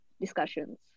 discussions